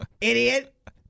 idiot